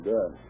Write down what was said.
Good